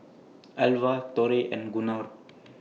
Alva Torrey and Gunnar